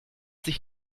sich